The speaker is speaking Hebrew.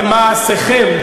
במעשיכם,